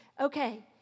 okay